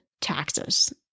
taxes